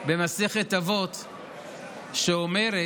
במסכת אבות שאומרת: